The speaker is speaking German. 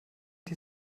die